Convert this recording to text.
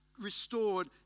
restored